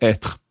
Être